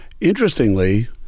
Interestingly